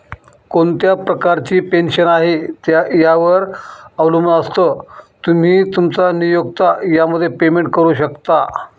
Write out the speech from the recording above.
कोणत्या प्रकारची पेन्शन आहे, यावर अवलंबून असतं, तुम्ही, तुमचा नियोक्ता यामध्ये पेमेंट करू शकता